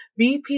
BP